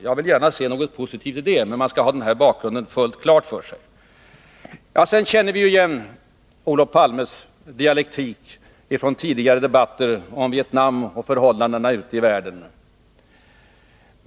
Jag vill gärna också se något positivt i det, men man skall ha bakgrunden fullt klar för sig. Sedan känner vi ju igen Olof Palmes dialektik från tidigare debatter om Vietnam och förhållandena ute i världen.